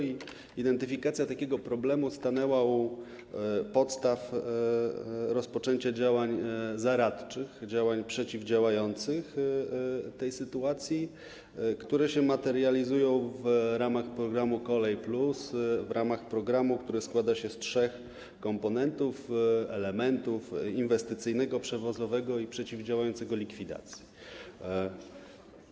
Identyfikacja takiego problemu stanęła u podstaw rozpoczęcia działań zaradczych przeciwdziałających tej sytuacji, które się materializują w ramach programu „Kolej+”, który składa się z trzech komponentów, elementów: inwestycyjnego, przewozowego i przeciwdziałającego likwidacji.